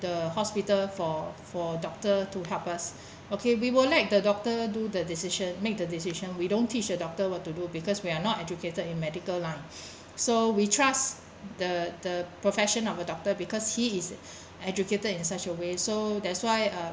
the hospital for for doctor to help us okay we will let the doctor do the decision make the decision we don't teach a doctor what to do because we are not educated in medical line so we trust the the profession of a doctor because he is educated in such a way so that's why uh